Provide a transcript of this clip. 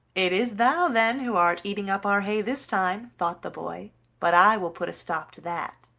it is thou, then, who art eating up our hay this time, thought the boy but i will put a stop to that.